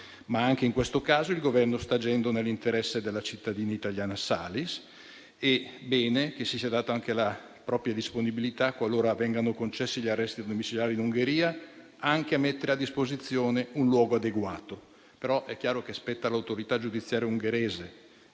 Anche in questo caso, però, il Governo sta agendo nell'interesse della cittadina italiana Salis ed è bene che si sia data anche la propria disponibilità, qualora vengano concessi gli arresti domiciliari in Ungheria, a mettere a disposizione un luogo adeguato. È chiaro, tuttavia, che spetta all'autorità giudiziaria ungherese